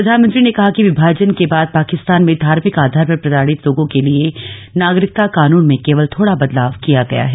प्रधानमंत्री ने कहा कि विमाजन के बाद पाकिस्तान में धार्मिक आधार पर प्रताडित लोगों के लिए नागरिकता कानून में केवल थोड़ा बदलाव किया गया है